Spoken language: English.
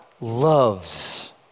loves